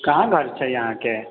कहाँ घर छै अहाँके